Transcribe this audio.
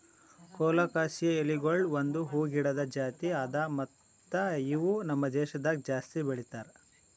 colocasia ಎಲಿಗೊಳ್ ಒಂದ್ ಹೂವು ಗಿಡದ್ ಜಾತಿ ಅದಾ ಮತ್ತ ಇವು ನಮ್ ದೇಶದಾಗ್ ಜಾಸ್ತಿ ಬೆಳೀತಾರ್